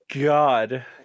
God